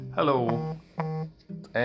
Hello